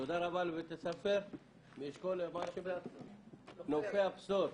תודה רבה לבית ספר "נופי הבשור".